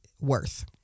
Worth